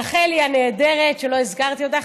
רחלי הנהדרת, שלא הזכרתי אותך.